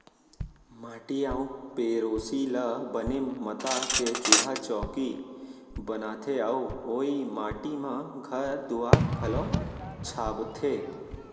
माटी अउ पेरोसी ल बने मता के चूल्हा चैकी बनाथे अउ ओइ माटी म घर दुआर घलौ छाबथें